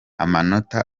amanota